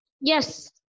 Yes